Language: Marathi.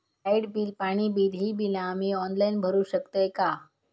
लाईट बिल, पाणी बिल, ही बिला आम्ही ऑनलाइन भरू शकतय का?